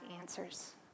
answers